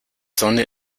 sonne